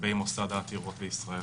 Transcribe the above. לגבי מוסד העתירות בישראל.